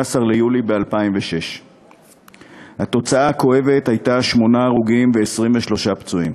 ביולי 2006. התוצאה הכואבת הייתה שמונה הרוגים ו-23 פצועים,